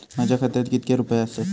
माझ्या खात्यात कितके रुपये आसत?